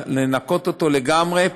לנקות אותו לגמרי,